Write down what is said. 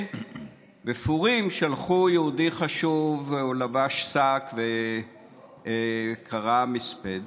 ובפורים שלחו יהודי חשוב, הוא לבש שק וקרא מספד